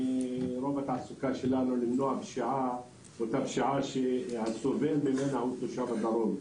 רוב התעסוקה שלנו למנוע פשיעה זו פשיעה שהסובל ממנה הוא תושב הדרום.